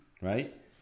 right